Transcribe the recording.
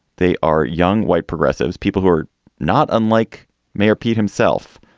they are young white progressives, people who are not unlike mayor pete himself.